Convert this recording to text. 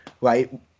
right